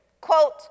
Quote